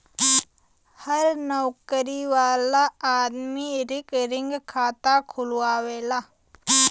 हर नउकरी वाला आदमी रिकरींग खाता खुलवावला